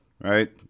Right